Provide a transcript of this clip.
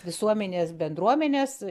visuomenės bendruomenės